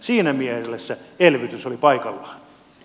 siinä mielessä elvytys oli paikallaan